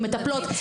עם מטפלות,